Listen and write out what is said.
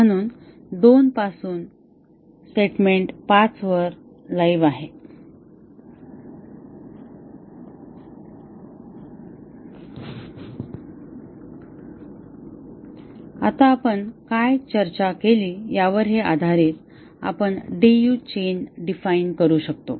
म्हणून 2 पासून स्टेटमेंट 5 वर लाइव्ह आहे आता आपण काय चर्चा केली यावर हे आधारित आपण डीयू चेन डिफाइन करू शकतो